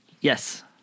Yes